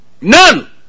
None